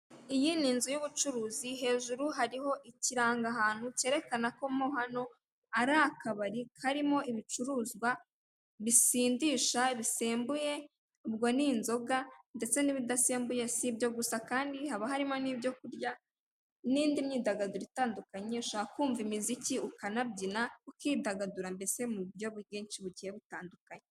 Iyi ni inzu y'ubucuruzi hejuru hariho ikirangahantu cyerekana ko mo hano ari akabari karimo ibicuruzwa bisindisha/bisembuye ubwo ni inzoga ndetse n'ibidasembuye, sibyo gusa haba harimo n'ibyo kurya n'indi myidagaduro itandukanye ushobora kumva imiziki ukanabyina ukidagadura mbese mu buryo bwinshi bugiye butandukanye.